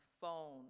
phone